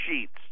sheets